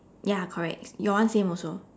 ya correct your one same also